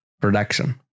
production